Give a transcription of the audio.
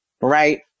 right